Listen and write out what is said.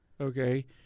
okay